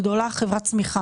חברה גדולה,